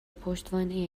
پشتوانه